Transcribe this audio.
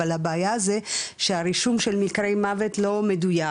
אבל הבעיה היא שהרישום של מקרי המוות לא מדויק